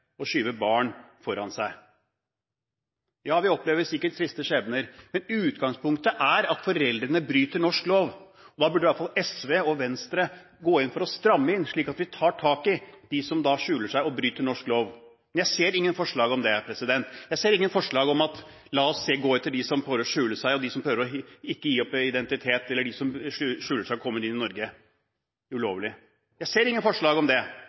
og skyve barn foran seg. Ja, vi opplever sikkert triste skjebner, men utgangspunktet er at foreldrene bryter norsk lov, og da burde i hvert fall SV og Venstre gå inn for å stramme inn, slik at vi tar tak i dem som skjuler seg og bryter norsk lov. Men jeg ser ingen forslag om det. Jeg ser ingen forslag som sier, la oss gå etter dem som prøver å skjule seg, dem som prøver ikke å oppgi identitet, og dem som kommer inn i Norge ulovlig. Jeg ser ingen forslag om det,